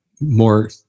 more